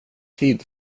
tid